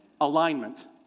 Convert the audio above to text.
alignment